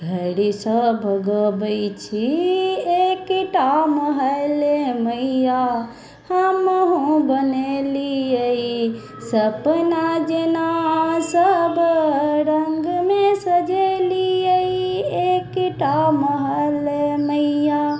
घरसँ भगबै छी एकटा महल मैया हमहुँ बनेलियै सपना जेना सभ रङ्गमे सजेलियै एकटा महल मैया